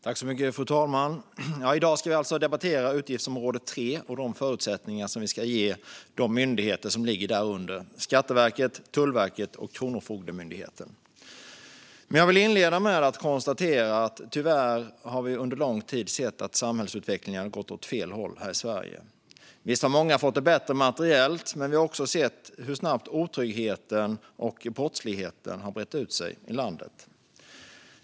Fru talman! I dag ska vi alltså debattera utgiftsområde 3 och de förutsättningar vi ska ge de myndigheter som ligger därunder: Skatteverket, Tullverket och Kronofogdemyndigheten. Jag vill inleda med att konstatera att vi tyvärr under lång tid har sett att samhällsutvecklingen har gått åt fel håll här i Sverige. Visst har många fått det bättre materiellt, men vi har också sett hur snabbt otryggheten och brottsligheten har brett ut sig i landet.